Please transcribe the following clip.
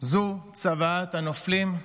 זו צוואת הנופלים,